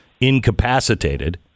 incapacitated